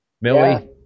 Millie